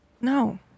No